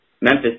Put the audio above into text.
Memphis